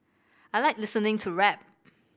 I like listening to rap